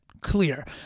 Clear